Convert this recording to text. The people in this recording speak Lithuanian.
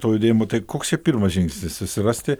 to judėjimo tai koks čia pirmas žingsnis susirasti